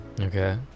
Okay